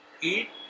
Eat